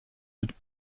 mit